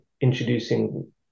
introducing